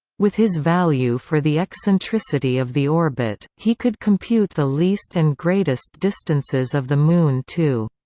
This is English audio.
with his value for the eccentricity of the orbit, he could compute the least and greatest distances of the moon too.